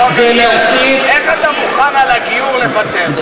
איך אתה מוכן על הגיור לוותר?